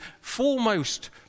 foremost